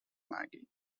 maggie